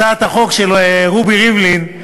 הצעת החוק של רובי ריבלין,